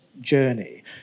journey